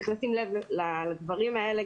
צריך לשים לב לדברים האלה,